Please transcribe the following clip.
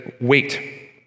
wait